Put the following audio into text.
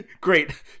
Great